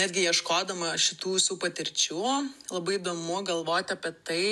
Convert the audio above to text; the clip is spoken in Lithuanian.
netgi ieškodama šitų visų patirčių labai įdomu galvot apie tai